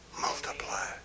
multiply